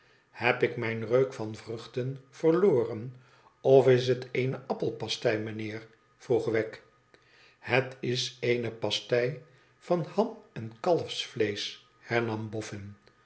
iheb ik mijn reuk van vruchten verloren of is het eene appelpastei meneer vroeg wegg ihet is eene pastei van ham en kalfsvleesch hernam boffin